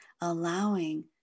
allowing